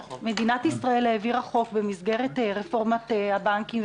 מדינת ישראל העבירה חוק במסגרת רפורמת הבנקים,